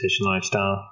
Lifestyle